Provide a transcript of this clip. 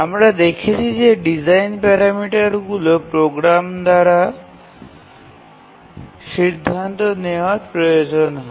আমরা দেখেছি যে ডিজাইন প্যারামিটারগুলি প্রোগ্রামার দ্বারা সিদ্ধান্ত নেওয়ার প্রয়োজন হয়